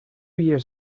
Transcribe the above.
years